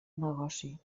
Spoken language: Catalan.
negoci